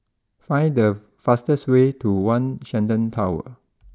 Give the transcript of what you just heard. find the fastest way to one Shenton Tower